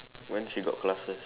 when she got classes